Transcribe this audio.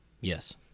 Yes